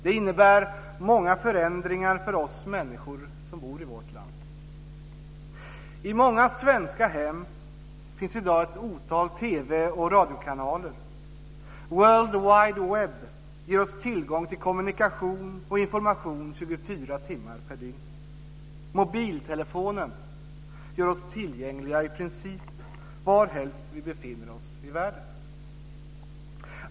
Det innebär många förändringar för de människor som bor i vårt land. I många svenska hem finns i dag ett otal TV och radiokanaler. World wide web ger oss tillgång till kommunikation och information 24 timmar per dygn. Mobiltelefonen gör oss tillgängliga i princip varhelst vi befinner oss i världen.